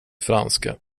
franska